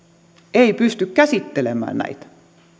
ei pysty käsittelemään näitä